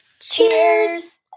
Cheers